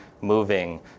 moving